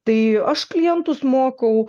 tai aš klientus mokau